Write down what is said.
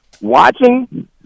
Watching